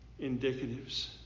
indicatives